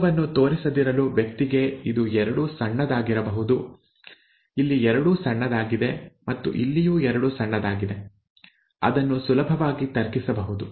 ರೋಗವನ್ನು ತೋರಿಸದಿರಲು ವ್ಯಕ್ತಿಗೆ ಇದು ಎರಡೂ ಸಣ್ಣದಾಗಿರಬೇಕು ಇಲ್ಲಿ ಎರಡೂ ಸಣ್ಣದಾಗಿದೆ ಮತ್ತು ಇಲ್ಲಿಯೂ ಎರಡೂ ಸಣ್ಣದಾಗಿದೆ ಅದನ್ನು ಸುಲಭವಾಗಿ ತರ್ಕಿಸಬಹುದು